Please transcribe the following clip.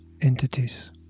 entities